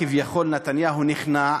כביכול נתניהו נכנע,